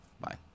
bye